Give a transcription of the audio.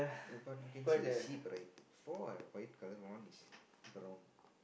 uh but you can see the sheep right four are white colour one is brown